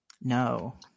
No